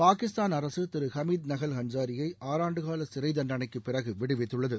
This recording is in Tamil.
பாகிஸ்தான் அரசு திரு ஹமிது நகல் ஹன்சாரியை ஆறாண்டுகால சிறை தண்டனைக்கு பிறகு விடுவித்துள்ளது